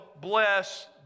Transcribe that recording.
bless